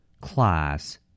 class